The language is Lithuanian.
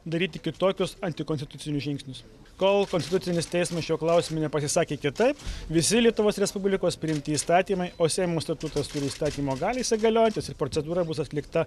daryti kitokius antikonstitucinius žingsnius kol konstitucinis teismas šiuo klausimu nepasisakė kitaip visi lietuvos respublikos priimti įstatymai o seimo statutas turi įstatymo galią jisai galiojantis ir procedūra bus atlikta